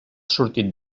sortit